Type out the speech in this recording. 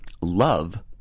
Love